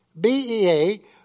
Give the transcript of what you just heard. BEA